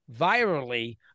virally